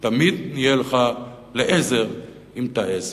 תמיד נהיה לך לעזר, אם תעז.